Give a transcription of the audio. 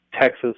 Texas